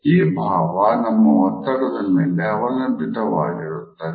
ಈ ಭಾವ ನಮ್ಮ ಒತ್ತಡದ ಮೇಲೆ ಅವಲಂಬಿತವಾಗಿರುತ್ತದೆ